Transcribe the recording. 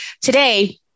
today